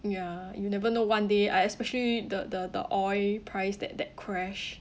ya you never know one day uh especially the the the oil price that that crashed